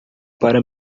para